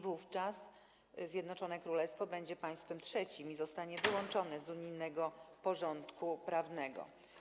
Wówczas Zjednoczone Królestwo będzie państwem trzecim i zostanie wyłączone z unijnego porządku prawnego.